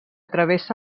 travessa